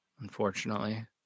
unfortunately